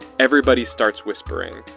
everybody starts whispering.